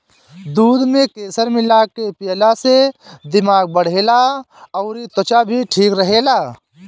दूध में केसर मिला के पियला से दिमाग बढ़ेला अउरी त्वचा भी ठीक रहेला